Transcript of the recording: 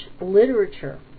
literature